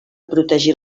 protegir